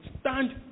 stand